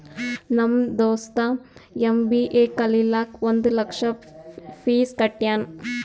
ನಮ್ ದೋಸ್ತ ಎಮ್.ಬಿ.ಎ ಕಲಿಲಾಕ್ ಒಂದ್ ಲಕ್ಷ ಫೀಸ್ ಕಟ್ಯಾನ್